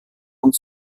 und